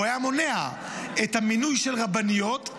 והוא היה מונע את המינוי של רבניות,